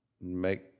make